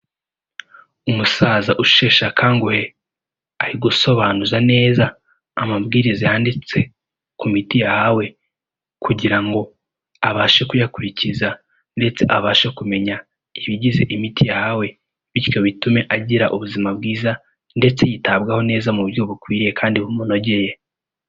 Umusaza usheshe akanguhe, ari gusobanuza neza amabwiriza yanditse ku miti yahawe, kugira ngo abashe kuyakurikiza, ndetse abashe kumenya ibigize imiti yahawe, bityo bitume agira ubuzima bwiza, ndetse yitabwaho neza mu buryo bukwiriye kandi bumunogeye.